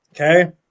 Okay